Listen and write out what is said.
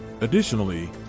Additionally